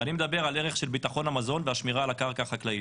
ואני מדבר על ערך של הביטחון המזון והשמירה על הקרקע החקלאית.